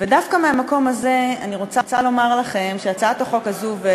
דווקא מהמקום הזה אני רוצה לומר לכם שהצעת החוק הזאת,